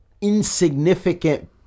insignificant